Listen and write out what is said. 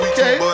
Okay